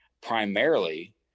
primarily